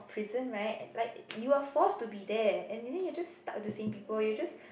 prison right like you are forced to be there and then just you are stuck with the same people you're just